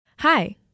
Hi